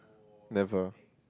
never